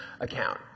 account